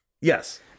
Yes